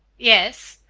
yes.